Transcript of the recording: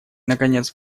наконец